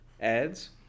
Ads